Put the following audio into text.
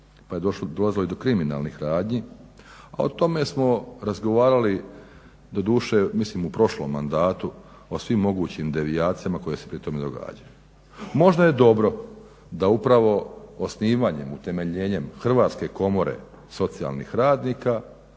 došlo, dolazilo i do kriminalnih radnji. A o tome smo razgovarali doduše, mislim u prošlom mandatu o svim mogućim devijacijama koje se pritom događaju. Možda je dobro da upravo osnivanjem, utemeljenjem Hrvatske komore socijalnih radnika